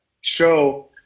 show